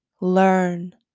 Learn